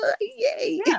yay